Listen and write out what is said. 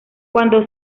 cuando